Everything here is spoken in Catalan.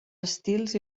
estils